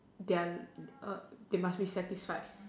their err they must be satisfied